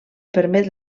permet